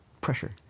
pressure